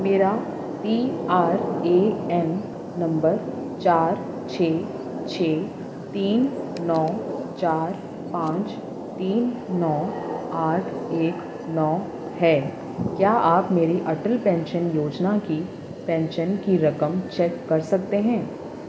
میرا P R A N number چار چھ چھ تین نو چار پانچ تین نو آٹھ ایک نو ہے کیا آپ میری اٹل پینشن یوجنا کی پینشن کی رقم چیک کر سکتے ہیں